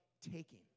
taking